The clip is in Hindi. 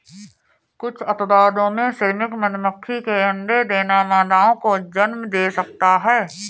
कुछ अपवादों में, श्रमिक मधुमक्खी के अंडे देना मादाओं को जन्म दे सकता है